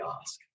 ask